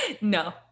no